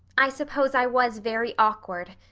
i suppose i was very awkward,